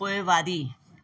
पोएवारी